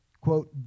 quote